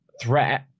threat